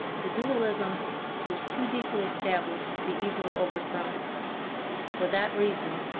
the dualism is too deeply established to be easily overthrown for that reason,